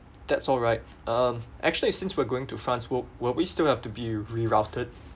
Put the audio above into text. that's alright um actually since we're going to france will will we still have to be rerouted